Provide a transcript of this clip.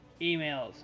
Emails